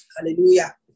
Hallelujah